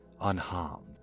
unharmed